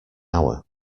hour